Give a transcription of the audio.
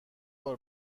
بار